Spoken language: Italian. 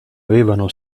avevano